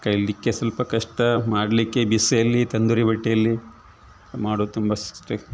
ಕಲಿಲಿಕ್ಕೆ ಸ್ವಲ್ಪ ಕಷ್ಟ ಮಾಡಲಿಕ್ಕೆ ಬಿಸಿಯಲ್ಲಿ ತಂದೂರಿ ಬಟ್ಟೆಯಲ್ಲಿ ಮಾಡೋದ್ ತುಂಬ